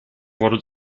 wurde